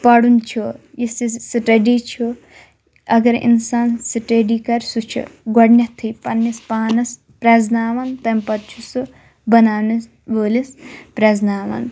پَڑھُن چھُ یُس یہِ سٹیڈی چھُ اگر اِنسان سٹیڈی کَرِ سُہ چھُ گۄڈنیٚتھٕے پننِس پانَس پرٛیٚزناوان تمہِ پَتہٕ چھُ سُہ بَناونَس وٲلِس پرٛیٚزناوان